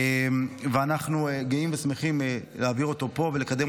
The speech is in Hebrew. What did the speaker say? ואנחנו גאים ושמחים להעביר אותו פה ולקדם